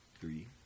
three